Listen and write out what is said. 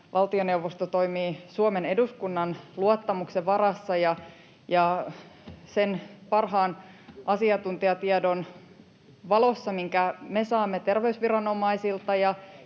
valtioneuvosto toimii Suomen eduskunnan luottamuksen varassa ja sen parhaan asiantuntijatiedon valossa, minkä me saamme terveysviranomaisilta